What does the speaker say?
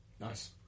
Nice